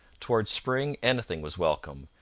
towards spring anything was welcome,